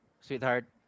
sweetheart